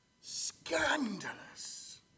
Scandalous